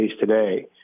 today